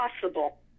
possible